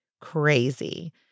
crazy